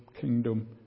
kingdom